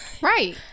right